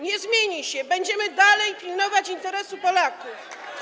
Nie zmieni się, będziemy dalej pilnować interesów Polaków.